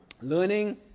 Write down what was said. learning